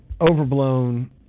overblown